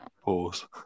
Pause